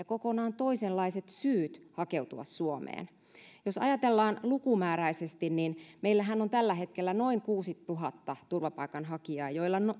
kokonaan toisenlaiset syyt hakeutua suomeen jos ajatellaan lukumääräisesti niin meillähän on tällä hetkellä noin kuusituhatta turvapaikanhakijaa